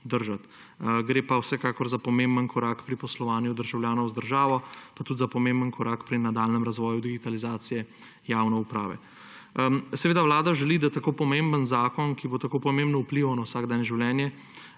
držati. Gre pa vsekakor za pomemben korak pri poslovanju državljanov z državo pa tudi za pomemben korak pri nadaljnjem razvoju digitalizacije javne uprave. Seveda vlada želi, da tako pomemben zakon, ki bo tako pomembno vplival na vsakdanje življenje